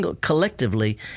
Collectively